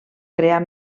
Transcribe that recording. crear